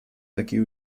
такие